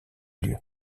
lieu